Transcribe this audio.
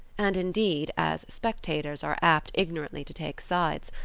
and indeed, as spectators are apt ignorantly to take sides,